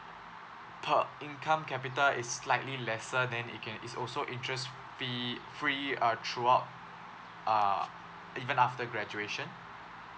per income capita is slightly lesser then you can is also interest fee~ free uh throughout uh even after graduation